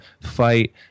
fight